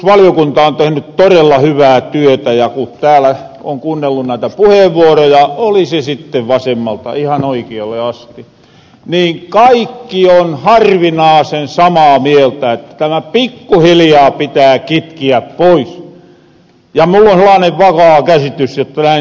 tarkastusvaliokunta on tehny torella hyvää työtä ja ku täällä oon kuunnellu näitä puheenvuoroja oli se sitten vasemmalta ihan oikialle asti niin kaikki on harvinaasen samaa mieltä että tämä pikkuhiljaa pitää kitkiä pois ja mul on sellaanen vakaa käsitys jotta näin tuloo käymähä